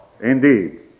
indeed